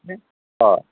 हय